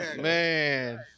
Man